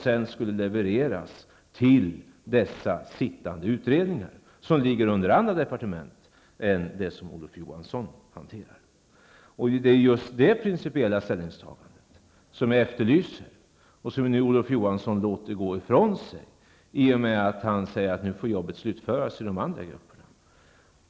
Detta skulle sedan meddelas de sittande utredningarna, som arbetar inom andra departement än det som Olof Det är just det principiella ställningstagandet som jag efterlyser och som Olof Johansson nu låter gå ifrån sig i och med att han säger att arbetet får slutföras i de andra grupperna.